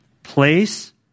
Place